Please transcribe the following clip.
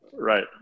Right